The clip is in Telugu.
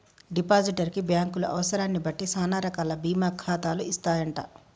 డిపాజిటర్ కి బ్యాంకులు అవసరాన్ని బట్టి సానా రకాల బీమా ఖాతాలు ఇస్తాయంట